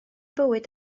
bywyd